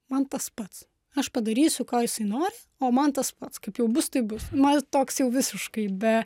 man tas pats aš padarysiu ko jisai nori o man tas pats kaip jau bus taip bus na toks jau visiškai be